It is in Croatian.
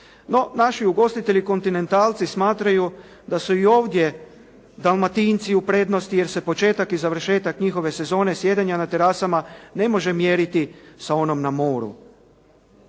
naši ugostitelji kontinentalci smatraju da su i ovdje dalmatinci u prednosti, jer se početak i završetak njihove sezone sjedenja na terasama ne može mjeriti sa onom na moru.